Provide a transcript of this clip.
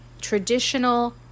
traditional